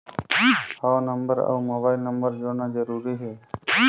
हव नंबर अउ mobile number जोड़ना जरूरी हे?